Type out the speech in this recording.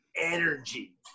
energy